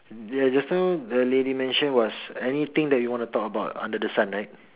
yeah just now the lady mention was anything that you want to talk about under the sun right